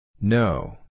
No